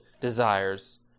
desires